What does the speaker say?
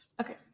Okay